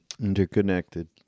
Interconnected